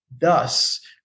thus